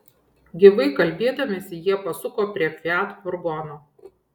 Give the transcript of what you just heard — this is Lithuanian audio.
gyvai kalbėdamiesi jie pasuko prie fiat furgono